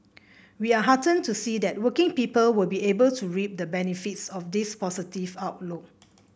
we are heartened to see that working people will be able to reap the benefits of this positive outlook